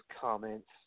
comments